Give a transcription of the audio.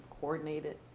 coordinated